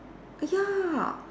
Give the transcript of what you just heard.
ya